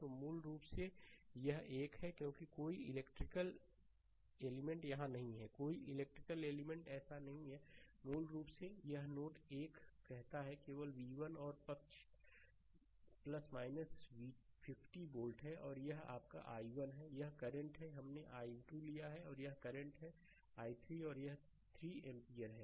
तो मूल रूप से यह एक है क्योंकि कोई इलेक्ट्रिकल एलिमेंट यहां नहीं है कोई इलेक्ट्रिकल एलिमेंट ऐसा नहीं है मूल रूप से यह नोड 1 कहता है केवल v1 और यह पक्ष 50 वोल्ट है और यह आपका i1 है यह करंट है हमने i2 लिया है और यह करंट है i3 और यह 3 एम्पीयर है